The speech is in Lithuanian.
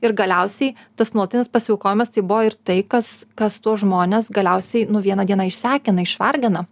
ir galiausiai tas nuolatinis pasiaukojimas tai buvo ir tai kas kas tuos žmones galiausiai nu vieną dieną išsekina išvargina